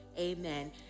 amen